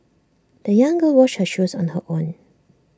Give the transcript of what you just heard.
the young girl washed her shoes on her own